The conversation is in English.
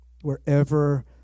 wherever